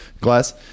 glass